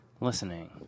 listening